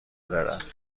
دارد